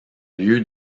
lieu